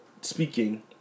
speaking